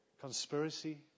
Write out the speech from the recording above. conspiracy